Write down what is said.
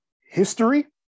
history